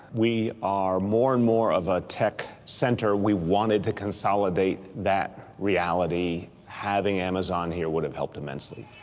we are more and more of a tech center, we wanted to consolidate that reality. having amazon here would have helped immensely.